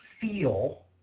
feel